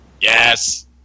Yes